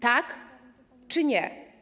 Tak czy nie?